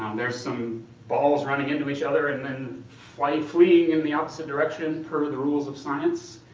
there are some balls running into each other and then fly fleeing in the opposite direction per the rules of science.